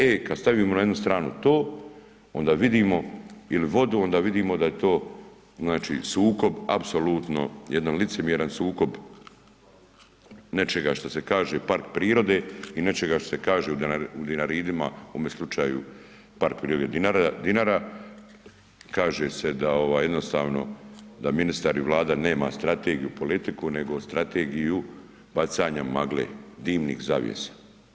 E, kad stavimo na jednu stranu to onda vidimo, ili vodu, onda vidimo da je to znači sukob apsolutno jedan licemjeran sukob nečega što se kaže park prirode i nečega što se kaže u Dinaridima u ovome slučaju Park prirode Dinara, kaže se da jednostavno da ministar i Vlada nema strategiju i politiku nego strategiju magle, dimnih zavjesa.